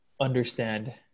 understand